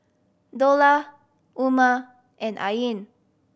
Dollah Umar and Ain